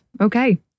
okay